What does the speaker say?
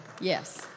Yes